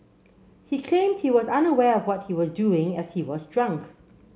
he claimed he was unaware of what he was doing as he was drunk